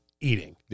eating